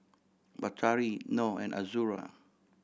Batari Noh and Azura